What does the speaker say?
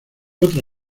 otra